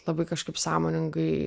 labai kažkaip sąmoningai